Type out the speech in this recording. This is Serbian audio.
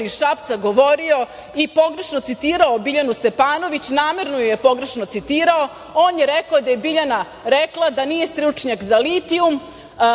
iz Šapca govorio i pogrešno citirao Biljanu Stepanović. Namerno ju je pogrešno citirao. On je rekao da je Biljana rekla da nije stručnjak za litijum,